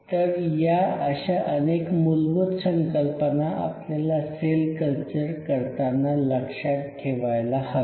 तर या अशा अनेक मूलभूत संकल्पना आपल्याला सेल कल्चर करताना लक्षात ठेवायला हव्या